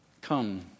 Come